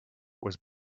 was